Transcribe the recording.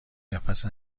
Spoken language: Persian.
نفس